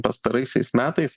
pastaraisiais metais